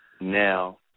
now